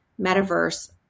metaverse